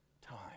time